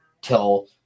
till